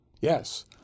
Yes